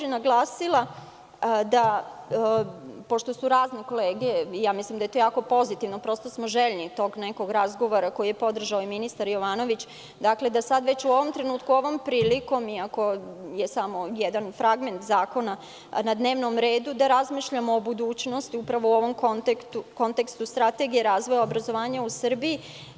Naglasila bih, pošto su razne kolege, mislim da je to jako pozitivno, prosto smo željni tog nekog razgovora koji je podržao i ministar Jovanović, da sada u ovom trenutku, ovom prilikom, iako je samo jedan fragment zakona na dnevnom redu, da razmišljamo o budućnosti, upravo u ovom kontekstu strategije razvoja obrazovanja u Srbiji.